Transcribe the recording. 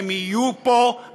הם יהיו פה,